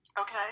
Okay